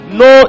no